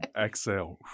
exhale